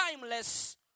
timeless